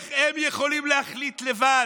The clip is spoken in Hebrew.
איך הם יכולים להחליט לבד,